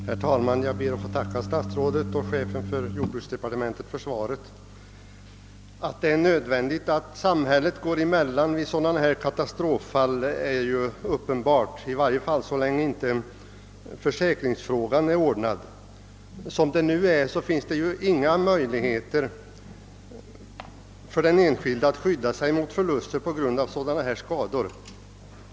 Herr talman! Jag ber att få tacka statsrådet och chefen för jordbruksdepartementet för svaret. Att det är nödvändigt att samhället lämnar hjälp vid sådana katastroffall är uppenbart, i varje fall så länge försäkringsfrågan inte är ordnad. Som det nu är finns det ju inga möjligheter för den enskilde att skydda sig mot förluster på grund av dylika skador.